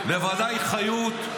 בוודאי חיות,